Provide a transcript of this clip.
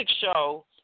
show